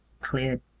clear